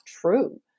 true